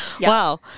wow